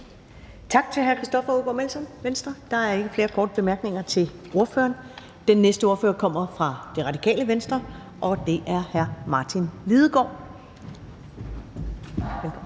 Tak til hr. Christoffer Aagaard Melson, Venstre. Der er ikke flere korte bemærkninger til ordføreren. Den næste ordfører kommer fra Radikale Venstre, og det er hr. Martin Lidegaard. Velkommen.